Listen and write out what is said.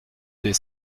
des